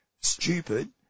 stupid